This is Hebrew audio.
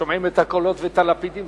שומעים את הקולות ואת הלפידים.